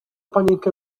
panienkę